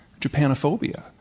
Japanophobia